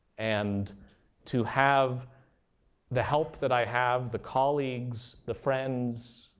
and to have the help that i have the colleagues, the friends,